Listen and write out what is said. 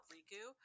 Riku